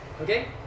Okay